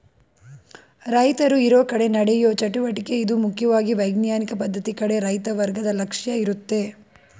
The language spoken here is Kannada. ರೈತರು ಇರೋಕಡೆ ನಡೆಯೋ ಚಟುವಟಿಕೆ ಇದು ಮುಖ್ಯವಾಗಿ ವೈಜ್ಞಾನಿಕ ಪದ್ಧತಿ ಕಡೆ ರೈತ ವರ್ಗದ ಲಕ್ಷ್ಯ ಇರುತ್ತೆ